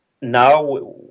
now